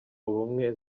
ubumwe